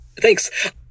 Thanks